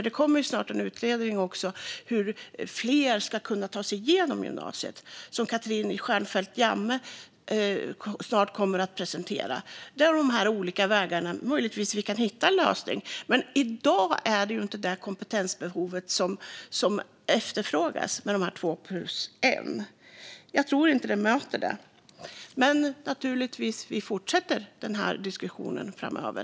Det kommer ju snart en utredning om hur fler ska kunna ta sig igenom gymnasiet; Katrin Stjernfeldt Jammeh kommer snart att presentera den. Möjligtvis kan vi hitta en lösning, men i dag är det ju inte det kompetensbehovet som finns. Jag tror inte att två-plus-ett möter detta behov. Vi fortsätter dock naturligtvis diskussionen framöver.